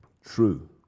True